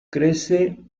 crece